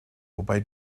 wobei